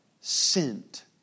sent